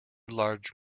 large